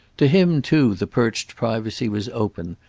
to him too the perched privacy was open,